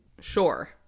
sure